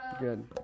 Good